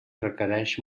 requereix